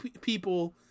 people